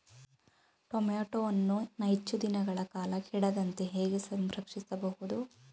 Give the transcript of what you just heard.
ಟೋಮ್ಯಾಟೋವನ್ನು ಹೆಚ್ಚು ದಿನಗಳ ಕಾಲ ಕೆಡದಂತೆ ಹೇಗೆ ಸಂರಕ್ಷಿಸಬಹುದು?